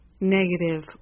negative